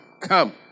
come